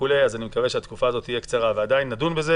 אז אני מקווה שהתקופה הזאת תהיה קצרה ועדיין נדון בזה.